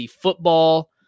football